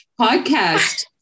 podcast